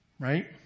Right